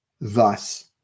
thus